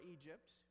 Egypt